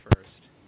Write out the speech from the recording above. first